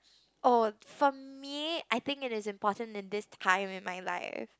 oh for me I think it is in portion in this kind in my life